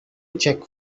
check